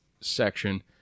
section